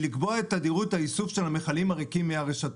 לקבוע את תדירות האיסוף של המכלים הריקים מהרשתות.